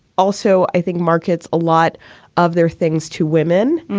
also i think markets a lot of their things to women.